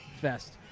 fest